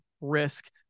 risk